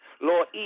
Lord